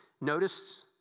notice